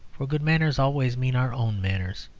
for good manners always mean our own manners.